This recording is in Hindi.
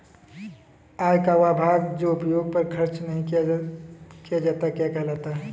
आय का वह भाग जो उपभोग पर खर्च नही किया जाता क्या कहलाता है?